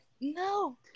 No